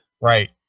Right